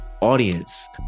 audience